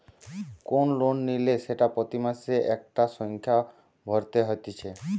কোন লোন নিলে সেটা প্রতি মাসে একটা সংখ্যা ভরতে হতিছে